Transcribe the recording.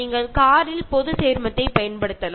നിങ്ങൾക്ക് കാർ പങ്കുവെച്ചുകൊണ്ട് ഉപയോഗിക്കാം